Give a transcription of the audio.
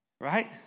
Right